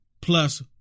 plus